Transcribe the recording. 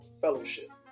fellowship